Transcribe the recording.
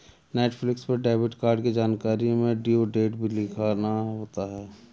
Netflix पर debit card की जानकारी में ड्यू डेट भी लिखना होता है